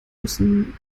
müssen